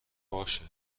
باشه